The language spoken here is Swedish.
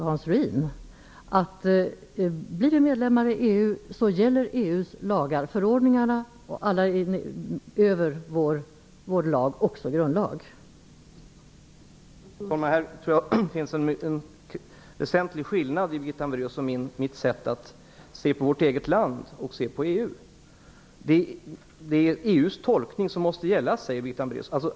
Hans Ruin, har tolkat det så att EU:s lagar och förordningar gäller över vår lag, dvs. också grundlagen, om vi blir medlemmar i EU.